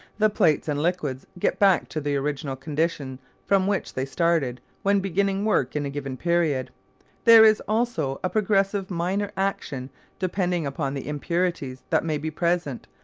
the plates and liquids get back to the original condition from which they started when beginning work in a given period there is also a progressive minor action depending upon the impurities that may be present.